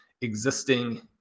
existing